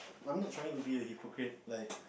I'm not trying to be a hypocrite like